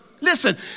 Listen